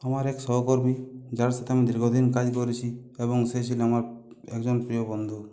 আমার এক সহকর্মী যার সাথে আমি দীর্ঘদিন কাজ করেছি এবং সে ছিল আমার একজন প্রিয় বন্ধু